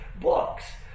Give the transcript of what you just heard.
books